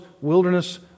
wilderness